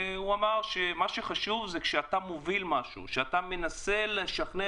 הוא אמר שמה שחשוב זה שכשאתה מוביל משהו אתה מנסה לשכנע